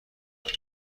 یابد